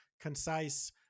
concise